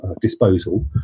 disposal